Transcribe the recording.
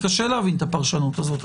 בוקר טוב לכולם.